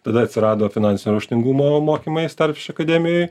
tada atsirado finansinio raštingumo mokymai starfish akademijoj